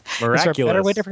Miraculous